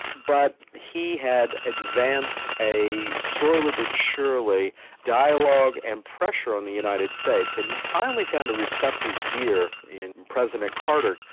but he had advanced a slowly but surely dialogue and pressure on the united states, and he finally found a receptive ear in president carter,